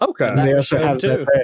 Okay